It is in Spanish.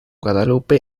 guadalupe